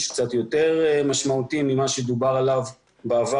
קצת יותר משמעותי ממה שדובר עליו בעבר,